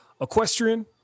equestrian